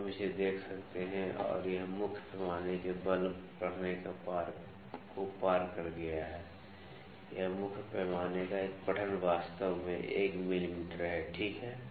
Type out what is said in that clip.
तो हम इसे देख सकते हैं और यह मुख्य पैमाने के बल पढ़ने को पार कर गया है यह मुख्य पैमाने का एक पठन वास्तव में 1 मिमी है ठीक है